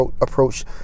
approach